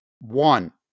One